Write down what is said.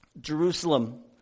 jerusalem